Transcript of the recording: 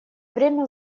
время